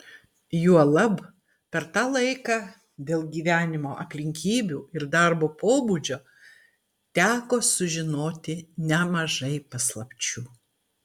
juolab per tą laiką dėl gyvenimo aplinkybių ir darbo pobūdžio teko sužinoti nemažai paslapčių